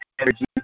energy